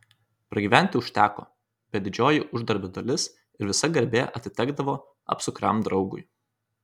pragyventi užteko bet didžioji uždarbio dalis ir visa garbė atitekdavo apsukriam draugui